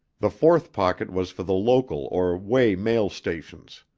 the fourth pocket was for the local or way mail-stations.